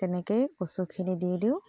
তেনেকেই কচুখিনি দি দিওঁ